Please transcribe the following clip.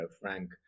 Frank